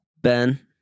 Ben